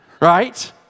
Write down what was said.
right